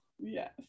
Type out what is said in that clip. yes